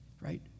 right